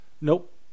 nope